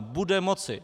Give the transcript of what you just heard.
Bude moci!